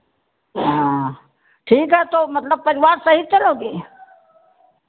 हाँ ठीक है तो मतलब परिवार सहित चलोगी